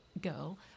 girl